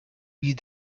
wie